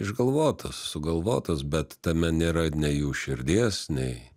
išgalvotos sugalvotos bet tame nėra nei jų širdies nei